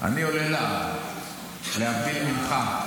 אני עולה לעם, להבדיל ממך.